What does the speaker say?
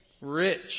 Rich